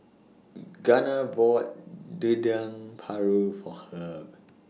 Gunnar bought Dendeng Paru For Herb